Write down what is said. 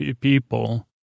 people